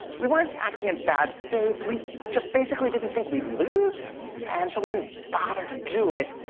we weren't acting in bad faith, we just basically didn't think we'd lose and so we didn't bother to do it,